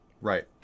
Right